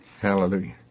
Hallelujah